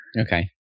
Okay